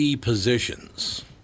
positions